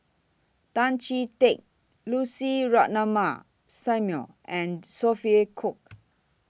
Tan Chee Teck Lucy Ratnammah Samuel and Sophia Cooke